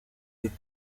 muri